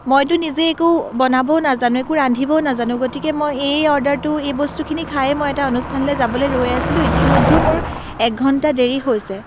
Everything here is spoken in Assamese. মইতো নিজে একো বনাবও নাজানো একো ৰান্ধিবও নাজানো গতিকে মই এই অৰ্ডাৰটো এই বস্তুখিনি খায়েই মই এটা অনুষ্ঠানলৈ যাবলৈ ৰৈ আছিলোঁ ইতিমধ্যেই মোৰ একঘণ্টা দেৰি হৈছে